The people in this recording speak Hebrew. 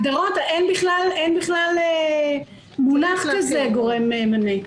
אין בכלל מונח כזה "גורם ממנה".